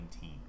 team